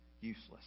useless